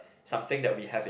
something that we have in